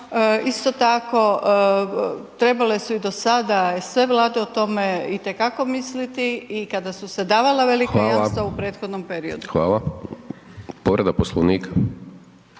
isto tako trebale su i do sada i sve Vlade o tome itekako misliti i kada su se davala velika jamstva u prethodnom periodu. **Hajdaš Dončić, Siniša